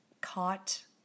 caught